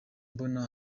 mbona